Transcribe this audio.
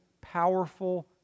powerful